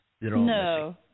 No